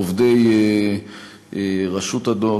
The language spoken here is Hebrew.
עובדי רשות הדואר,